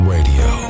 Radio